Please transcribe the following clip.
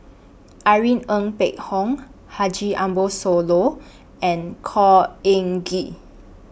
Irene Ng Phek Hoong Haji Ambo Sooloh and Khor Ean Ghee